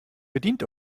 bedient